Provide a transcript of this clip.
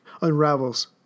unravels